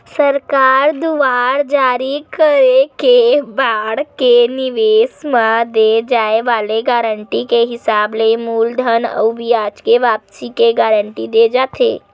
सरकार दुवार जारी करे के बांड के निवेस म दे जाय वाले गारंटी के हिसाब ले मूलधन अउ बियाज के वापसी के गांरटी देय जाथे